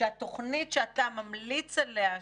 שהתוכנית שאתה ממליץ עליה,